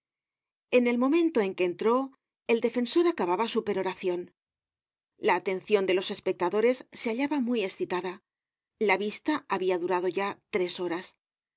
en el momento en que entró el defensor acababa su peroracion la atencion de los espectadores se hallaba muy escitada la vista habia durado ya tres horas